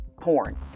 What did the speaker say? porn